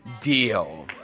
deal